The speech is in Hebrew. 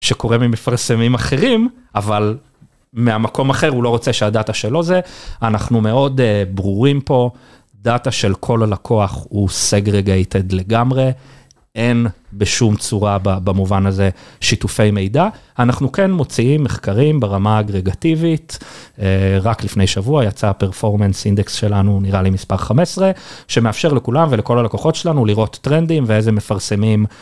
שקורה ממפרסמים אחרים, אבל מהמקום אחר הוא לא רוצה שהדאטה שלו זה. אנחנו מאוד ברורים פה, דאטה של כל הלקוח הוא סגרגייטד לגמרי, אין בשום צורה במובן הזה שיתופי מידע. אנחנו כן מוציאים מחקרים ברמה אגרגטיבית, רק לפני שבוע יצא הפרפורמנס אינדקס שלנו, נראה לי מספר 15, שמאפשר לכולם ולכל הלקוחות שלנו לראות טרנדים ואיזה מפרסמים